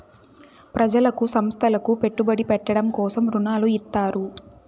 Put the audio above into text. ప్రజలకు సంస్థలకు పెట్టుబడి పెట్టడం కోసం రుణాలు ఇత్తారు